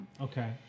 Okay